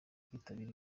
kwitabira